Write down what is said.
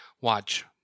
watch